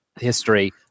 history